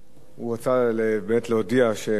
הוא רצה באמת להודיע שהם עזבו,